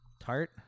Tart